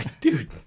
dude